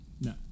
No